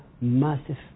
massive